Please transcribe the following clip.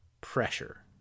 pressure